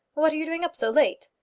what are you doing up so late?